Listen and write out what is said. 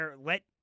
let